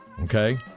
Okay